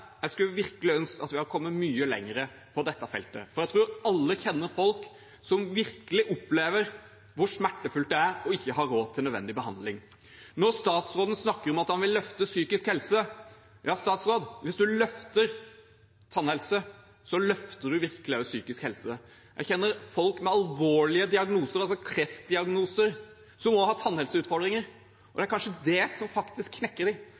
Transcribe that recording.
Jeg skulle virkelig ønske at vi hadde kommet mye lenger på dette feltet, for jeg tror alle kjenner folk som virkelig opplever hvor smertefullt det er ikke å ha råd til nødvendig behandling. Statsråden snakker om at han vil løfte psykisk helse. Ja, statsråd: Hvis du løfter tannhelse, løfter du virkelig også psykisk helse. Jeg kjenner folk med alvorlige diagnoser, kreftdiagnoser, som også har tannhelseutfordringer, og det er kanskje det som faktisk knekker dem: at de